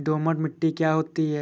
दोमट मिट्टी क्या होती हैं?